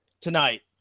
tonight